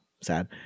sad